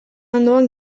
ondoan